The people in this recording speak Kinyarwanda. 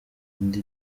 indi